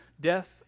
death